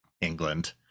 england